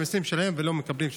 כנסת נכבדה,